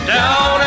Down